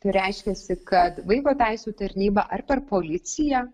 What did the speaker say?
tai reiškiasi kad vaiko teisių tarnyba ar per policiją